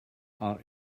are